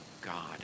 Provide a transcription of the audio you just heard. god